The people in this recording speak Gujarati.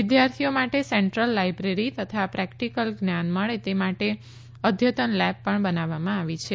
વિદ્યાર્થીઓ માટે સેન્ટ્રલ લાઇબ્રેરી તથા પ્રેક્ટિકલ જ્ઞાન મળે તે માટે અદ્યતન લેબ પણ બનાવવામાં આવી છે